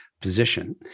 position